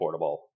affordable